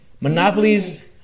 Monopolies